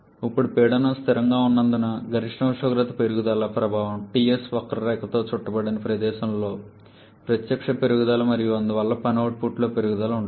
ఇప్పుడు పీడనం స్థిరంగా ఉన్నందున గరిష్ట ఉష్ణోగ్రత పెరుగుదల ప్రభావం Ts వక్రరేఖతో చుట్టబడిన ప్రదేశంలో ప్రత్యక్ష పెరుగుదల మరియు అందువల్ల పని అవుట్పుట్లో పెరుగుదల ఉంటుంది